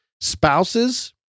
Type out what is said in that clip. spouses